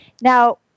now